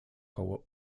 koło